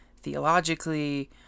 theologically